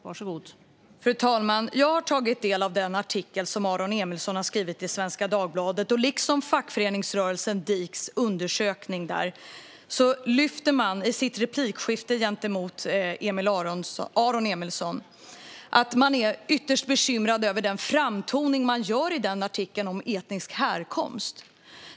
Fru talman! Jag har tagit del av den artikel som Aron Emilsson har skrivit i Svenska Dagbladet liksom av fackförbundet DIK:s undersökning. I replikskiftet gentemot Aron Emilsson lyfts det fram att man är ytterst bekymrad över den framtoning som finns i artikeln om etnisk härkomst.